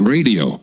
Radio